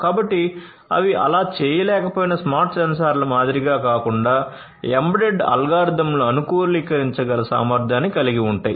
కాబట్టి అవి అలా చేయలేకపోయిన స్మార్ట్ సెన్సార్ల మాదిరిగా కాకుండా ఎంబెడెడ్ అల్గారిథమ్లను అనుకూలీకరించగల సామర్థ్యాన్ని కలిగి ఉంటాయి